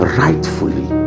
rightfully